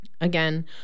again